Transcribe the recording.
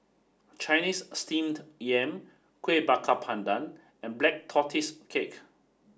Chinese Steamed Yam Kueh Bakar Pandan and Black Tortoise cake